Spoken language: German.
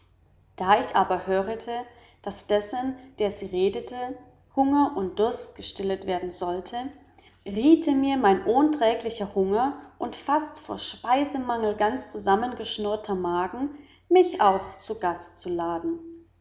da ich aber hörete daß dessen der sie redete hunger und durst gestillet werden sollte riete mir mein ohnerträglicher hunger und fast vor speisemangel ganz zusammengeschnurrter magen mich auch zu gast zu laden